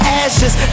ashes